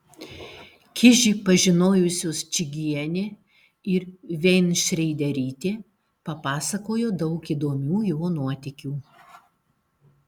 kižį pažinojusios čygienė ir veinšreiderytė papasakojo daug įdomių jo nuotykių